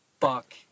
fuck